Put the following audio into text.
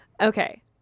Okay